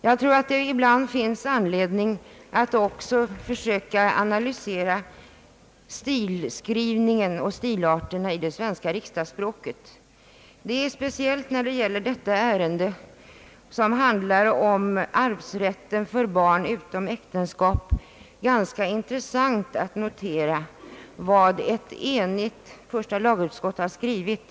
Jag tror att det ibland finns anledning att också försöka analysera stilarterna i det svenska riksdagsspråket. När det gäller detta ärende som handlar om arvsrätten för barn utom äktenskap är det ganska intressant att notera vad ett enigt första lagutskott har skrivit.